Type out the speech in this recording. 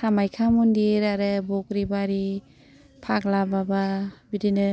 कामाक्या मन्दिर आरो ब'ग्रिबारि फाग्लाबाबा बिदिनो